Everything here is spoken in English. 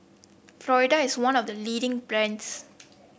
Floxia is one of the leading brands